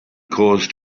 caused